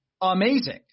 Amazing